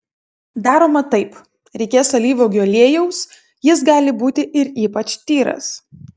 daroma taip reikės alyvuogių aliejaus jis gali būti ir ypač tyras